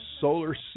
Solar